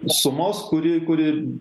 sumos kuri kuri